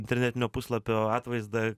internetinio puslapio atvaizdą